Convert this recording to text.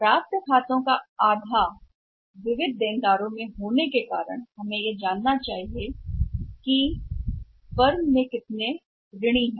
प्राप्य खातों का आधा विविध ऋणी होने के कारण हमें यह जानना चाहिए कि एक कंपनी में कितने ऋणी हैं